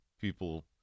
people